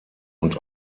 und